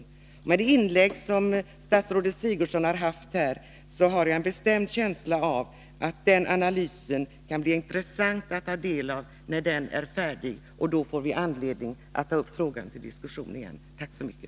Med hänsyn till det inlägg som statsrådet Sigurdsen har gjort här har jag en bestämd känsla av att det kan bli intressant att ta del av den analysen. När den är färdig får vi anledning att ta upp frågan till diskussion igen. Tack så mycket.